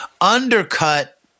undercut